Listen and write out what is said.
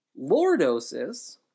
Lordosis